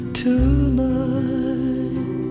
tonight